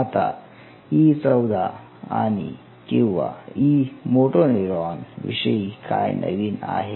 आता E14 किंवा E motoneuron विषयी काय नवीन आहे